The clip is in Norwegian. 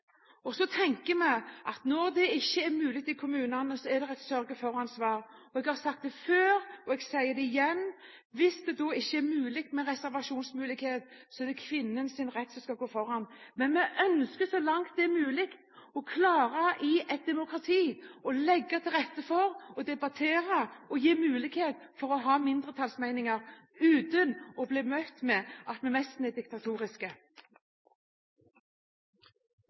Så tenker vi at når det ikke er mulig i kommunene, er dette et sørge-for-ansvar. Jeg har sagt det før, og jeg sier det igjen: Hvis det ikke er mulig med en reservasjonsmulighet, er det kvinnens rett som skal gå foran. Men vi ønsker, så langt det er mulig, å klare i et demokrati å legge til rette for, debattere og gi mulighet til å ha mindretallsmeninger uten å bli møtt med at vi nesten er diktatoriske.